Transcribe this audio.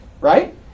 right